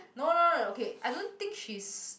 no no no okay I don't think she's